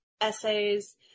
essays